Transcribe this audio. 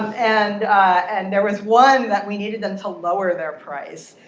and and there was one that we needed them to lower their price.